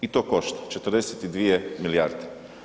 I to košta 42 milijarde.